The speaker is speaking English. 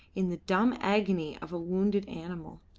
in the dumb agony of a wounded animal.